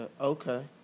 Okay